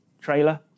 Trailer